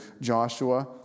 Joshua